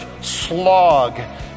slog